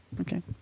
Okay